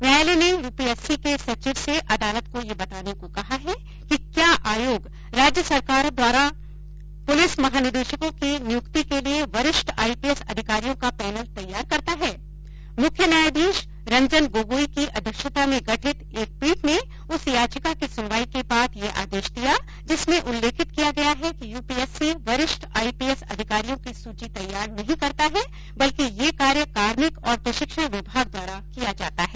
न्यायालय ने यूपीएससी के सचिव से अदालत को यह बताने को कहा है कि क्या आयोग राज्य सरकारों द्वारा पुलिस महानिदेशकों की नियुक्ति के लिए वरिष्ठ आईपीएस अधिकारियों का पैनल तैयार करता है मुख्य न्यायाधीश रंजन गोगोई की अध्यक्षता में गठित एक पीठ ने उस याचिका की सुनवाई के बाद ये आदेश दिया जिसमें उल्लेखित गया है कि यूपीएससी वरिष्ठ आईपीएस अधिकारियों की सूची तैयार नहीं करता है बल्कि यह कार्य कार्मिक और प्रशिक्षण विभाग द्वारा किया जाता है